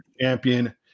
champion